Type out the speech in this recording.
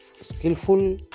skillful